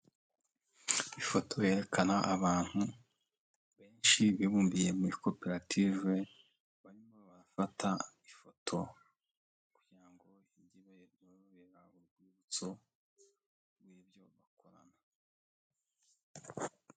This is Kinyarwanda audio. Ifoto yerekana abantu benshi bibumbiye muri koperative, barimo bafata ifoto kugira ngo ijye ibabera urwibutso rw'ibyo bakorana.